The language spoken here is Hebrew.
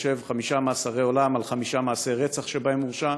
יושב חמישה מאסרי עולם על חמישה מעשי רצח שבהם הורשע,